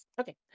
Okay